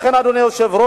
לכן, אדוני היושב-ראש,